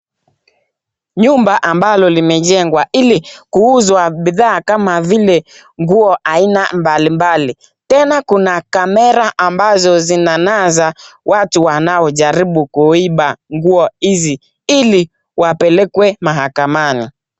Nyumba ambalo limejengwa ili kuuzwa bidhaa kama vile nguo aina mbalimbali. Tena kuna kamera ambazo zinanasa watu wanaojaribu kuiba nguo hizi ili wapelekwe mahakamani.